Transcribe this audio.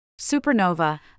Supernova